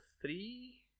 three